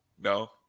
no